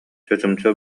чочумча